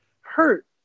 hurt